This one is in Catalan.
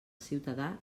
ciutadà